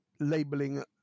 labeling